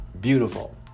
beautiful